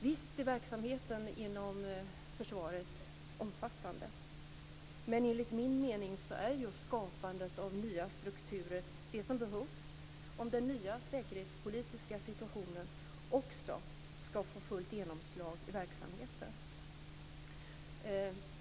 Visst är verksamheten inom försvaret omfattande, men enligt min mening är just skapandet av nya strukturer det som behövs, om den nya säkerhetspolitiska situationen också ska få fullt genomslag i verksamheten.